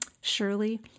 Surely